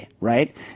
right